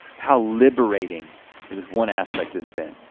how liberating but this one aspect has been.